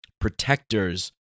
protectors